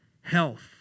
health